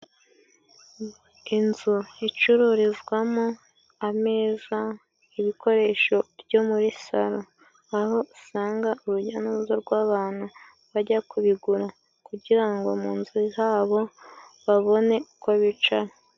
Inzu icururizwamo ameza ibikoresho byo muri salo, aho usanga urujya n'uruza rw'abantu bajya kubigura kugira ngo mu nzu zabo, babone uko bicara.